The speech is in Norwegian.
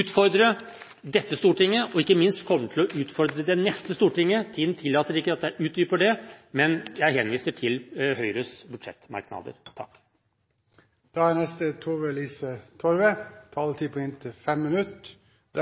utfordre dette Stortinget, og ikke minst kommer det til å utfordre det neste Stortinget. Tiden tillater ikke at jeg utdyper det, men jeg henviser til Høyres budsjettmerknader. Kriminalomsorgen